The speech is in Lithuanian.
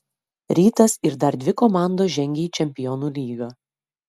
rytas ir dar dvi komandos žengia į čempionų lygą